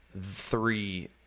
three